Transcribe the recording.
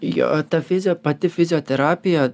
jo ta fizio pati fizioterapija